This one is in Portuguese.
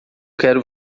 quero